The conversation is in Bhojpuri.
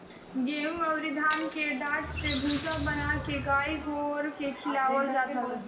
गेंहू अउरी धान के डाठ से भूसा बना के गाई गोरु के खियावल जात हवे